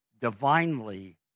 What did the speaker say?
divinely